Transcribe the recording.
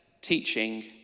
teaching